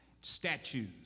statues